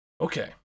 Okay